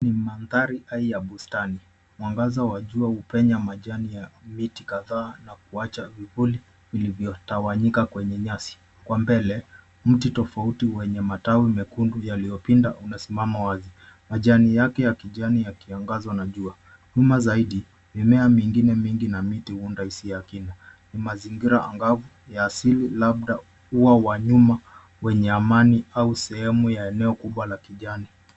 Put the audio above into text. Ni mandhari hai ya bustani. Mwangaza wa jua hupenya majani ya miti kadhaa na kuwacha vivuli vilivyotawanyika kwenye nyasi. Kwa mbele mti tofauti wenye matawi mekundu yaliyopinda unasimama wazi. Majani yake ya kijani yakiangazwa na jua. Nyuma zaidi, mimea mingine mingi na miti huunda hisia ya kina. Ni mazingira angavu, ya asili labda ua wa nyuma wenye amani, au sehemu ya eneo kubwa la kijani.